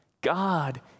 God